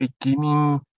beginning